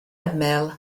ymyl